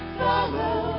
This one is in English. follow